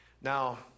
Now